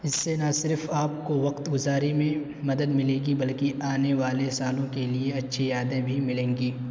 اس سے نہ صرف آپ کو وقت گزاری میں مدد ملے گی بلکہ آنے والے سالوں کے لیے اچھی یادیں بھی ملیں گی